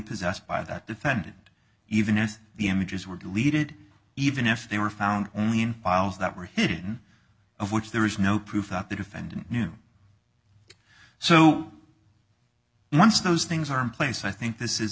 possessed by that defendant even if the images were deleted even if they were found only in files that were hidden of which there is no proof that the defendant knew so once those things are in place i think this is